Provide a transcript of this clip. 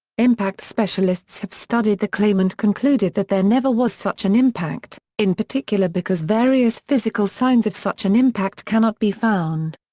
impact specialists have studied the claim and concluded that there never was such an impact, in particular because various physical signs of such an impact cannot be found.